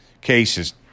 cases